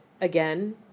again